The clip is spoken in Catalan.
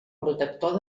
protector